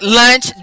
lunch